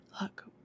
Look